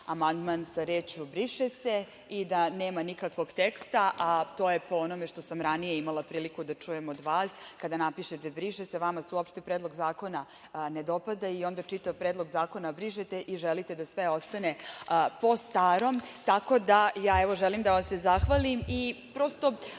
sa rečima „briše se“ i da nema nikakvog teksta, a to je po onome što sam ranije imala priliku da čujem od vas, kada napišete „briše se“ vama se uopšte predlog zakona ne dopada i onda čitav predlog zakona brišete i želite da sve ostane po starom. Tako da želim da vam se zahvalim i prosto